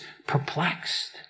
Perplexed